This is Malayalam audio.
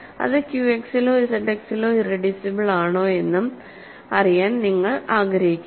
അത് qx ലോ ഇസഡ് എക്സിലോ ഇറെഡ്യൂസിബിൾ ആണോയെന്നും അറിയാൻ നിങ്ങൾ ആഗ്രഹിക്കുന്നു